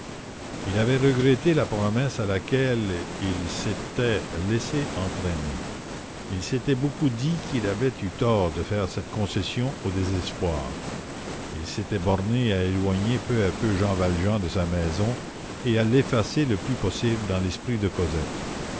il avait regretté la promesse à laquelle il s'était laissé entraîner il s'était beaucoup dit qu'il avait eu tort de faire cette concession au désespoir il s'était borné à éloigner peu à peu jean valjean de sa maison et à l'effacer le plus possible dans l'esprit de cosette